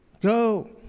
Go